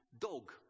Dog